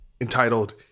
entitled